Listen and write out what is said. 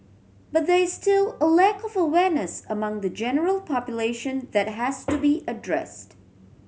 but there is still a lack of awareness among the general population that has to be addressed